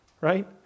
right